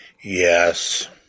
Yes